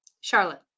Charlotte